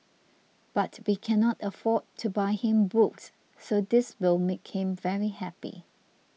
but we cannot afford to buy him books so this will make him very happy